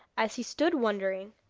as he stood wondering,